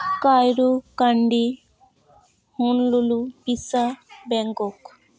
Cairo ᱠᱟᱱᱰᱤ ᱦᱩᱞᱩ ᱞᱩᱞᱩ ᱯᱤᱥᱟ ᱵᱮᱝᱠᱚᱠ